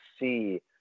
see